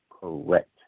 correct